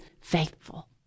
faithful